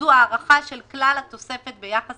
זו הארכה של כלל התוספת ביחס